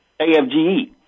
AFGE